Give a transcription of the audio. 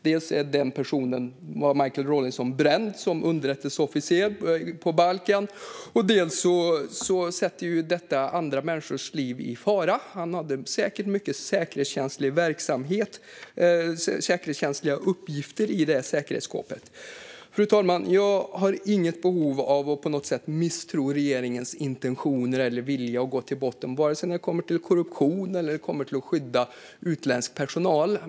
Dels var Michael Rawlinson därmed bränd som underrättelseofficer på Balkan, dels sätter detta andra människors liv i fara. Han hade säkert mycket säkerhetskänsliga uppgifter i säkerhetsskåpet. Fru talman! Jag har inget behov av att på något sätt misstro regeringens intentioner eller vilja att gå till botten med detta vare sig när det kommer till korruption eller till att skydda utsänd personal.